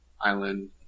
island